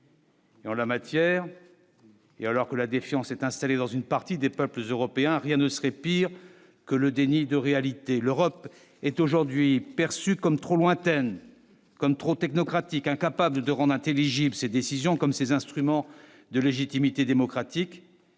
Et en la matière, et alors que la défiance est installé dans une partie des peuples européens, rien ne serait pire que le déni de réalité, l'Europe est aujourd'hui perçue comme trop lointaine comme trop technocratique, incapable de rendre intelligible cette décision comme ses instruments de légitimité démocratique,